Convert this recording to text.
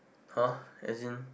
!huh! as in